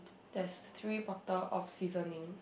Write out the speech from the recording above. there's three bottle of seasoning